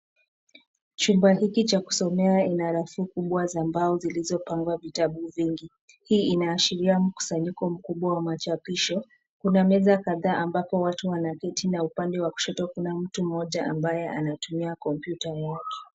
Chumba hiki cha kusomea ina rafu kubwa za mbao zilizopangwa vitabu vingi. Hii inaashiria mkusanyiko mkubwa wa machapisho. Kuna meza kadhaa ambazo watu wanaketi na upande wa kushoto kuna mtu ambaye anatumia kompyuta mwaki.